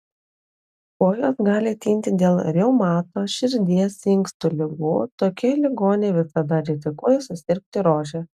kojos gali tinti dėl reumato širdies inkstų ligų tokie ligoniai visada rizikuoja susirgti rože